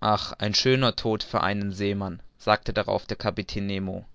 ach ein schöner tod für einen seemann sagte darauf der kapitän